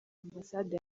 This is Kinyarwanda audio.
ambasade